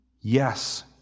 Yes